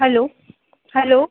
hello hello